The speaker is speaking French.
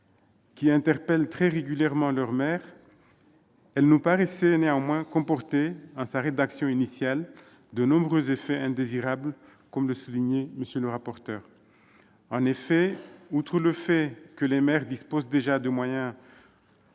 qui interpellent très régulièrement leur maire, elle nous paraissait néanmoins comporter en sa rédaction initiale de nombreux effets indésirables, comme le soulignait M. le rapporteur. En effet, outre le fait que les maires disposent déjà de moyens